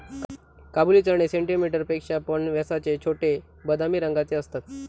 काबुली चणे सेंटीमीटर पेक्षा पण व्यासाचे छोटे, बदामी रंगाचे असतत